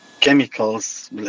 chemicals